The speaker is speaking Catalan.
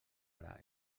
ara